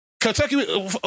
Kentucky